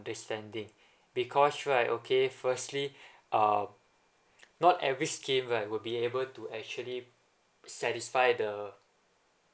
understanding because right okay firstly uh not every scheme right would be able to actually satisfy the